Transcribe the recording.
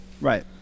Right